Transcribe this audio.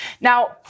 Now